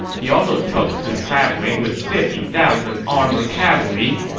he also took to traveling with fifty thousand armored cavalry.